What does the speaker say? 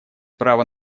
право